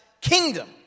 kingdom